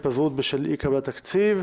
התפזרות בשל אי-קבלת חוק תקציב),